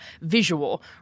visual